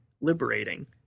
liberating